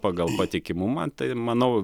pagal patikimumą tai manau